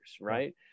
right